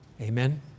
Amen